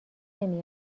نمی